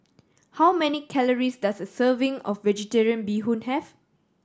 how many calories does a serving of Vegetarian Bee Hoon have